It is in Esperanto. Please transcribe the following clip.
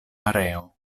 areo